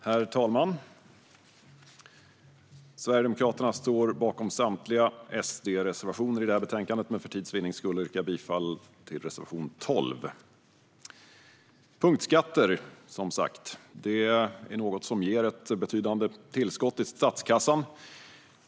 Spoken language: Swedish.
Herr talman! Sverigedemokraterna står bakom samtliga SD-reservationer i detta betänkande, men för tids vinnande yrkar jag bifall endast till reservation 12. Punktskatter ger ett betydande tillskott i statskassan.